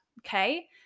Okay